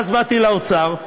ואז באתי לאוצר,